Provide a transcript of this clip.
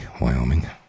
Wyoming